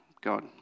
God